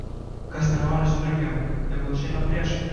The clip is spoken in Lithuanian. kas nenori striukio tegul išeina priešai